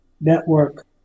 network